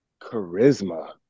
Charisma